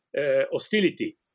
hostility